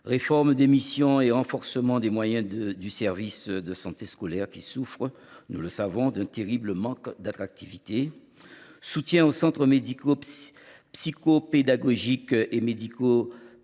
réforme des missions et renforcement des moyens du service de santé scolaire, qui souffre – nous le savons – d’un terrible manque d’attractivité ; soutien aux centres médico psycho pédagogiques et médico psychologiques,